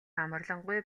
амарлингуй